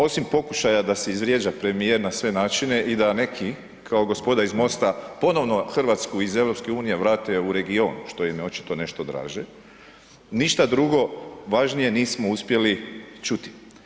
Osim pokušaja da se izvrijeđa premijer na sve načine i da neki, kao gospoda iz MOST-a ponovno Hrvatsku iz EU vrate u region, što im je očito nešto draže, ništa drugo važnije nismo uspjeli čuti.